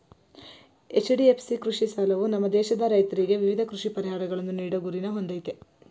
HDFC ಕೃಷಿ ಸಾಲವು ನಮ್ಮ ದೇಶದ ರೈತ್ರಿಗೆ ವಿವಿಧ ಕೃಷಿ ಪರಿಹಾರಗಳನ್ನು ನೀಡೋ ಗುರಿನ ಹೊಂದಯ್ತೆ